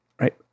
right